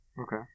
Okay